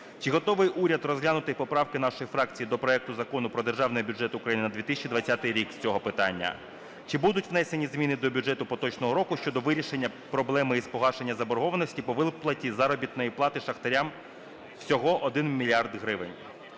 Чи готовий уряд розглянути поправки нашої фракції до проекту Закону "Про Державний бюджет України на 2020 рік" з цього питання? Чи будуть внесені зміни до бюджету поточного року щодо вирішення проблеми із погашення заборгованості по виплаті заробітної плати шахтарям всього 1 мільярд